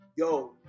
yo